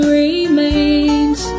remains